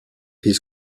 his